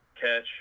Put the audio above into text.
catch